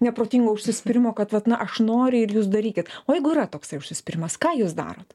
neprotingo užsispyrimo kad vat na aš noriu ir jūs darykit o jeigu yra toksai užsispyrimas ką jūs darot